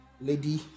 lady